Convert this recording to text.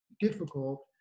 difficult